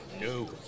no